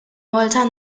malta